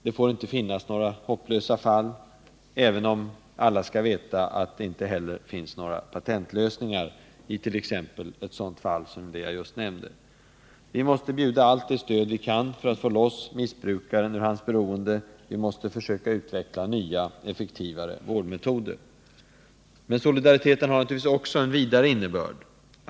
Det får inte finnas några hopplösa fall, även om alla skall veta att det inte finns några patentlösningar för t.ex. ett sådant fall som det jag nyss nämnde. Vi måste erbjuda allt det stöd vi kan för att få loss missbrukaren ur hans eller hennes beroende. Vi måste försöka utveckla nya, effektivare vårdmetoder. Men solidariteten har en vidare innebörd.